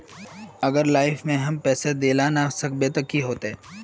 अगर लाइफ में हैम पैसा दे ला ना सकबे तब की होते?